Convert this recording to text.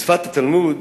בשפת התלמוד